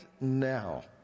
now